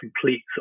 complete